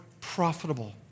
profitable